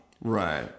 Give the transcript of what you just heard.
Right